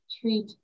treat